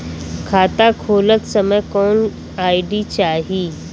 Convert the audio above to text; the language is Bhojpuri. खाता खोलत समय कौन आई.डी चाही?